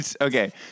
okay